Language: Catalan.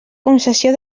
concessió